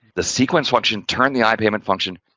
the sequence function turn the i payment function,